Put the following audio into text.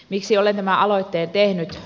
miksi olen tämän aloitteen tehnyt